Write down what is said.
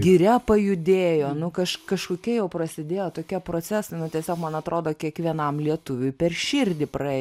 giria pajudėjo nu kaž kažkokie jau prasidėjo tokie procesai nu tiesiog man atrodo kiekvienam lietuviui per širdį praė